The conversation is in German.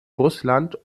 russland